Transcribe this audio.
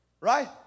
Right